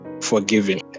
forgiven